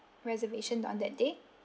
reservation on that day